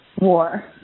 war